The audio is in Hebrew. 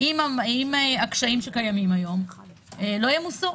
אם הקשיים שקיימים היום לא ימוסו?